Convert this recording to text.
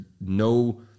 no